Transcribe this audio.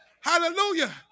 Hallelujah